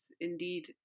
indeed